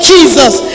Jesus